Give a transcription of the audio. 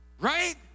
Right